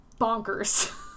bonkers